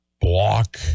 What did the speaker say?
block